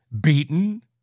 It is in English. beaten